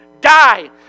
die